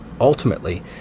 ultimately